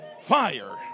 Fire